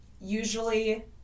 usually